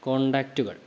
കോൺടാക്റ്റുകൾ